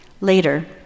later